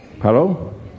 Hello